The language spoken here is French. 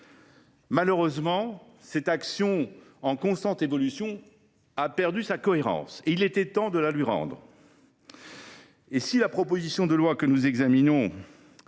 de groupe, régime juridique en constante évolution, a perdu sa cohérence ; il était temps de la lui rendre. Ainsi la proposition de loi que nous examinons